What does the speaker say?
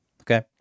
okay